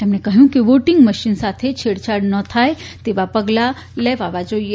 તેમણે કહ્યું કે વોટીંગ મશીન સાથે છેડછાડ ન થાય તેવાં પગલાં લેવાવાં જોઇએ